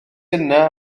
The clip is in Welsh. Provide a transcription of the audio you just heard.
yna